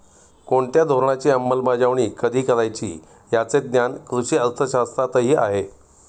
कोणत्या धोरणाची अंमलबजावणी कधी करायची याचे ज्ञान कृषी अर्थशास्त्रातही आहे